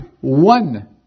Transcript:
one